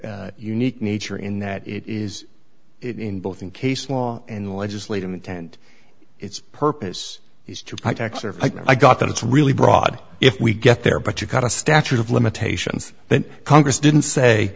the unique nature in that it is in both in case law and legislative intent its purpose is to tax or i got that it's really broad if we get there but you've got a statute of limitations that congress didn't say